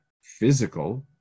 physical